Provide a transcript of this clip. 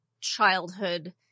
childhood